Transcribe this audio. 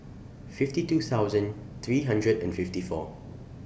fifty two thousand three hundred and fifty four